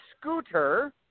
scooter